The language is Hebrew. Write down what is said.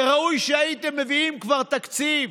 וראוי שהייתם מביאים כבר תקציב.